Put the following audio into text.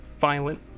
violent